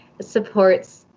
supports